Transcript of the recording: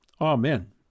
Amen